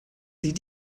sie